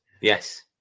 yes